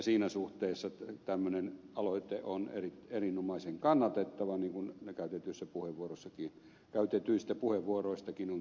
siinä suhteessa tämmöinen aloite on erinomaisen kannatettava niin kuin käytetyistä puheenvuoroistakin on käynyt ilmi